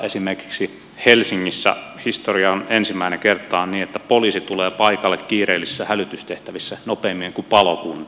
esimerkiksi helsingissä on ensimmäistä kertaa historiassa niin että poliisi tulee paikalle kiireellisissä hälytystehtävissä nopeammin kuin palokunta